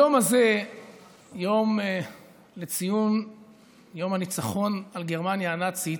היום הזה לציון יום הניצחון על גרמניה הנאצית,